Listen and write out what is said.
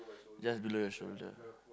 just below your shoulder